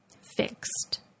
fixed